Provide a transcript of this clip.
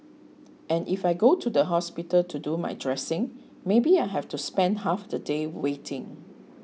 and if I go to the hospital to do my dressing maybe I have to spend half the day waiting